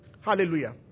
Hallelujah